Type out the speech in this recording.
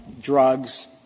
drugs